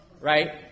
Right